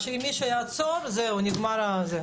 שאם מישהו יעצור, זהו, נגמרה הזרימה.